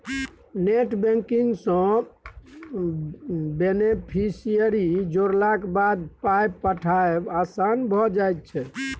net banking सँ beneficiary जोड़लाक बाद पाय पठायब आसान भऽ जाइत छै